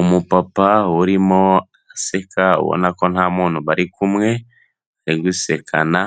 Umupapa urimo aseka ubona ko nta muntu bari kumwe ari gusekana